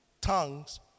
tongues